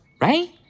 right